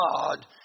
God